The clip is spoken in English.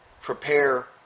prepare